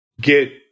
get